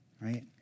right